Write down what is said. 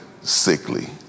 Sickly